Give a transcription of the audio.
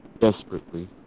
desperately